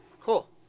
cool